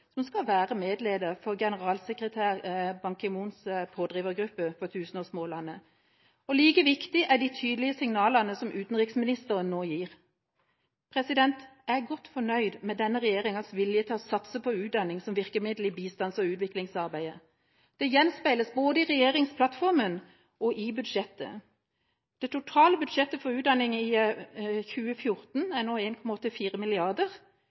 som skal være medleder for generalsekretær Ban Ki-moons pådrivergruppe for tusenårsmålene. Like viktig er de tydelige signalene som utenriksministeren nå gir. Jeg er godt fornøyd med denne regjeringens vilje til å satse på utdanning som virkemiddel i bistands- og utviklingsarbeidet. Det gjenspeiles i både regjeringsplattformen og budsjettet. Det totale budsjettet for utdanning i 2014 er nå 1,84 mrd. kr. Det er en